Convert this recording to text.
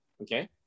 Okay